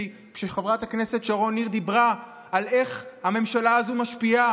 כי כשחברת הכנסת שרון ניר דיברה על איך הממשלה הזו משפיעה